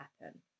happen